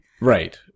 Right